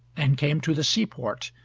and came to the sea-port,